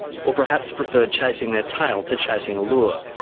or perhaps preferred chasing their tail to chasing a lure.